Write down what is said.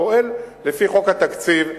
פועל לפי חוק התקציב,